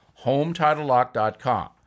HomeTitleLock.com